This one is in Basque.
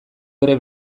bere